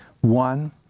One